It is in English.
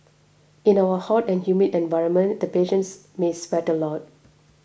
in our hot and humid environment the patients may sweat a lot